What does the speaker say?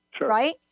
right